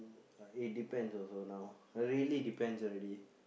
it depends also now really depends already